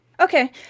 Okay